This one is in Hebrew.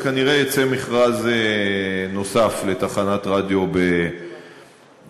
אז כנראה יצא מכרז נוסף לתחנת רדיו בערבית.